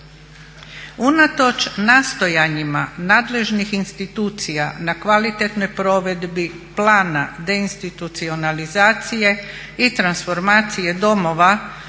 Unatoč nastojanjima nadležnih institucija na kvalitetnoj provedbi plana deinstitucionalizacije i transformacije domova